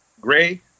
Gray